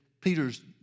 Peter's